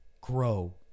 grow